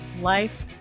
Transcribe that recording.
life